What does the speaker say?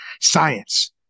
science